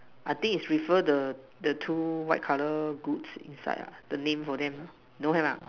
I think is refer the the two white color goods inside ah the name for them don't have ah